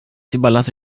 überlasse